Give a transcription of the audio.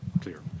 clear